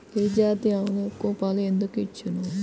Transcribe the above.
గిరిజాతి ఆవులు ఎక్కువ పాలు ఎందుకు ఇచ్చును?